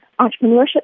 entrepreneurship